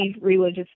religious